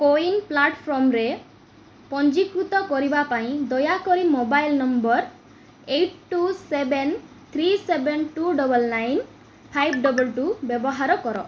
CoWIN ପ୍ଲାଟଫର୍ମରେ ପଞ୍ଜୀକୃତ କରିବା ପାଇଁ ଦୟାକରି mobile number eight two seven three seven two double nine five double two ବ୍ୟବହାର କର